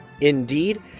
Indeed